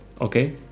okay